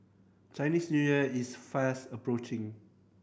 Chinese New Year is fast approaching